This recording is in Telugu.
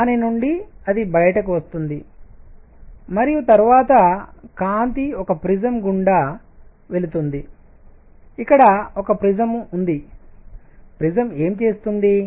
దాని నుండి అది బయటకు వస్తుంది మరియు తరువాత కాంతి ఒక ప్రిసం పట్టకం గుండా వెళుతుంది ఇక్కడ ఒక ప్రిసం ఉంది ప్రిసం ఏమి చేస్తుంది